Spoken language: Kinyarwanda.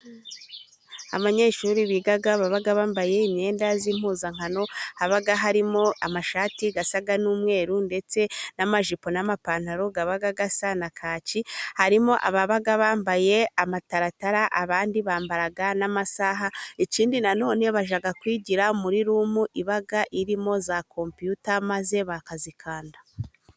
Abanyeshuri biga baba bambaye imyenda z'impuzankano, haba harimo amashati asa n'umweru, ndetse n'amajipo n'amapantaro biba bisa na kaki. Harimo ababa bambaye amatara Tara, abandi bambara n'amasaha. Ikindi nanone iyo bashaka kwigira muri rumu ibamo za kompiyuta maze bakazikanda.